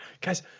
Guys